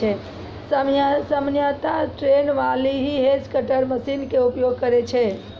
सामान्यतया ट्रेंड माली हीं हेज कटर मशीन के उपयोग करै छै